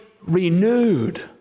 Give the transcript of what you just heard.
renewed